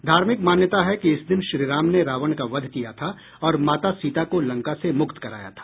धार्मिक मान्यता है कि इस दिन श्री राम ने रावण का वध किया था और माता सीता को लंका से मुक्त कराया था